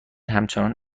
همچنان